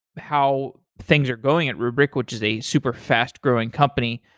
how things are going at rubrik, which is a superfast growing company.